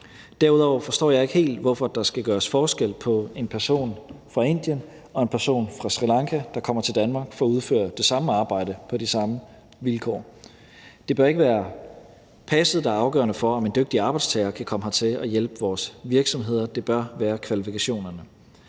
Derudover forstår jeg ikke helt, hvorfor der skal gøres forskel på en person fra Indien og en person fra Sri Lanka, der kommer til Danmark for at udføre det samme arbejde på de samme vilkår. Det bør ikke være passet, der er afgørende for, om en dygtig arbejdstager kan komme hertil og hjælpe vores virksomheder. Det bør være kvalifikationerne.